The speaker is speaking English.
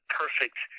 perfect